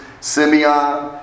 Simeon